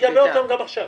ואז אתה תגבה אותם בשביתה?